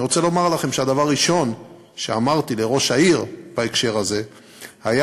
אני רוצה לומר לכם שהדבר הראשון שאמרתי לראש העיר בהקשר הזה היה: